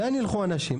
לאן ילכו האנשים?